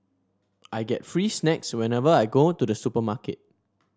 I get free snacks whenever I go to the supermarket